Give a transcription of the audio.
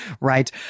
right